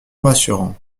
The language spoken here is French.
rassurant